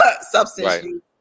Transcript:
substance